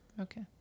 okay